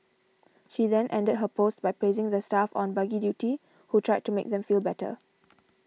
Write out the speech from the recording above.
she then ended her post by praising the staff on buggy duty who tried to make them feel better